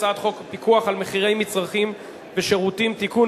הצעת חוק פיקוח על מחירי מצרכים ושירותים (תיקון,